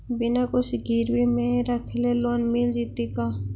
बिना कुछ गिरवी मे रखले लोन मिल जैतै का?